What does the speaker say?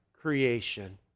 creation